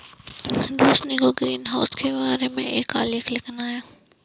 रोशिनी को ग्रीनहाउस के बारे में एक आलेख लिखना है